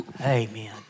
Amen